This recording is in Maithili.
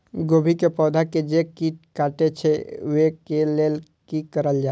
गोभी के पौधा के जे कीट कटे छे वे के लेल की करल जाय?